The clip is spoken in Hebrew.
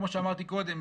כמו שאמרתי קודם,